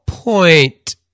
point